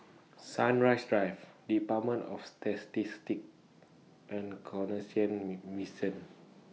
Sunrise Drive department of Statistics and Canossian Me Mission